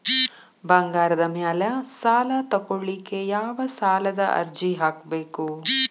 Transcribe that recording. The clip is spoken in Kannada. ಬಂಗಾರದ ಮ್ಯಾಲೆ ಸಾಲಾ ತಗೋಳಿಕ್ಕೆ ಯಾವ ಸಾಲದ ಅರ್ಜಿ ಹಾಕ್ಬೇಕು?